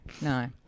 No